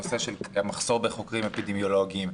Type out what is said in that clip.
הנושא של המחסור בחוקרים אפידמיולוגיים.